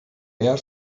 air